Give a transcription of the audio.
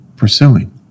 pursuing